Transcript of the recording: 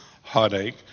heartache